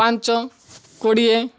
ପାଞ୍ଚ କୋଡ଼ିଏ